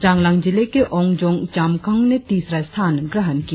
चांगलांग जिले के ओंगजोंग चामकंग ने तीसरा स्थान ग्रहण किया